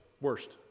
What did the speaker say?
worst